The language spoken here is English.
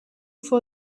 for